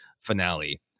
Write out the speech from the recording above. finale